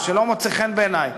שלא מוצא חן בעיני,